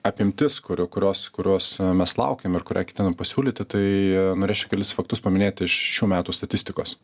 apimtis kuriu kurios kurios mes laukėm ir kurią ketinam pasiūlyti tai norėčiau kelis faktus paminėt iš šių metų statistikos